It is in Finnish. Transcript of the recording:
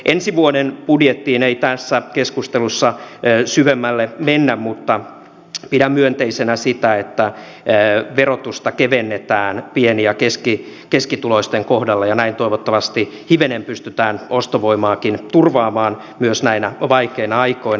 ensi vuoden budjettiin ei tässä keskustelussa syvemmälle mennä mutta pidän myönteisenä sitä että verotusta kevennetään pieni ja keskituloisten kohdalla ja näin toivottavasti hivenen pystytään ostovoimaakin turvaamaan myös näinä vaikeina aikoina